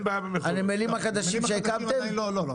לא.